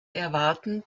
erwarten